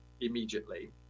immediately